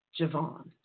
Javon